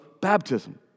baptism